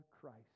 Christ